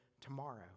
tomorrow